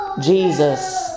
Jesus